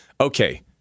okay